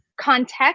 context